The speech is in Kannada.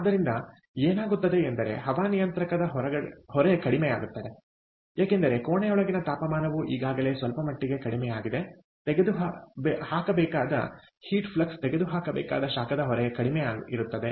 ಆದ್ದರಿಂದ ಏನಾಗುತ್ತದೆ ಎಂದರೆ ಹವಾನಿಯಂತ್ರಕದ ಹೊರೆ ಕಡಿಮೆಯಾಗುತ್ತದೆ ಏಕೆಂದರೆ ಕೋಣೆಯೊಳಗಿನ ತಾಪಮಾನವು ಈಗಾಗಲೇ ಸ್ವಲ್ಪ ಮಟ್ಟಿಗೆ ಕಡಿಮೆಯಾಗಿದೆ ತೆಗೆದುಹಾಕಬೇಕಾದ ಹೀಟ್ ಫ್ಲಕ್ಸ್ ತೆಗೆದುಹಾಕಬೇಕಾದ ಶಾಖದ ಹೊರೆ ಕಡಿಮೆ ಇರುತ್ತದೆ